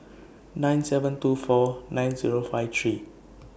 nine seven two four nine Zero five three